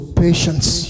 patience